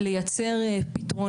חייבים לדאוג שאנחנו עושים את זה כשהחשמל